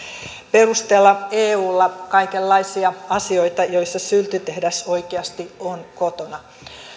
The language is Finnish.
perustella eulla kaikenlaisia asioita joissa sylttytehdas oikeasti on kotona